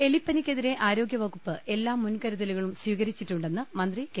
എലിപ്പനിക്കെതിരെ ആരോഗ്യവകുപ്പ് എല്ലാ മുൻകരുതലുകളും സ്വീക രിച്ചിട്ടുണ്ടെന്ന് മന്ത്രി കെ